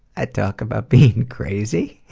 i talk about being crazy.